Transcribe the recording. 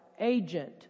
Agent